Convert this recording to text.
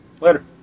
later